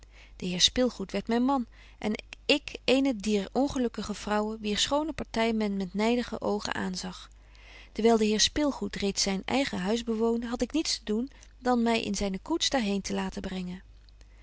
de heer spilgoed werd myn man en ik ééne dier ongelukkige vrouwen wier schone party men met nydige oogen aanzag dewyl de heer spilgoed reeds zyn eigen huis bewoonde had ik niets te doen dan my in zyne koets daar heen te laten brengen